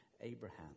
Abraham